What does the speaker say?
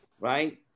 right